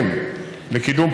הקודמת,